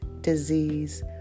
disease